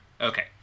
Okay